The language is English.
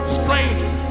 strangers